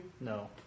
No